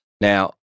Now